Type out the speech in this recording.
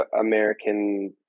American